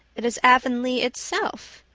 it is avonlea itself.